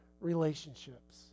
relationships